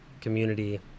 community